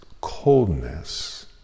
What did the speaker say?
coldness